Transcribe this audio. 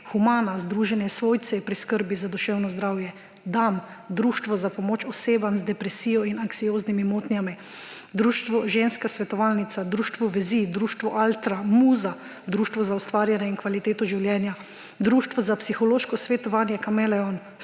Humana, Združenje svojcev pri skrbi za duševno zdravje; Dam – Društvo za pomoč osebam z depresijo in anksioznimi motnjami; Društvo ženska svetovalnica; Društvo vezi; Društvo Altra; Muza – Društvo za ustvarjanje in kvaliteto življenje; Društvo za psihološko svetovanje Kameleon;